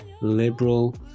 liberal